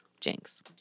Jinx